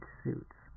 suits